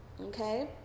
okay